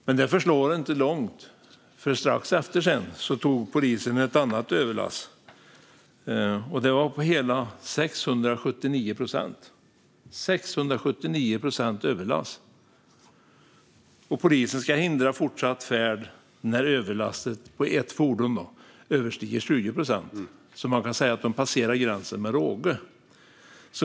Men det förslog inte långt, för strax efteråt tog polisen ett annat ekipage med en överlast på hela 697 procent! Polisen ska hindra fortsatt färd när fordonets överlast överstiger 20 procent. Här kan man alltså säga att gränsen passerades med råge.